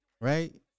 Right